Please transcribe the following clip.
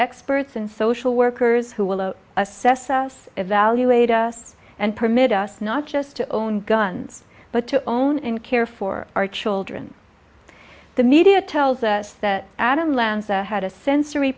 experts and social workers who will assess us evaluate us and permit us not just to own guns but to own and care for our children the media tells us that adam lanza had a sensory